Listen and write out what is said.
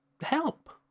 help